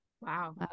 Wow